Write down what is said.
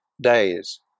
days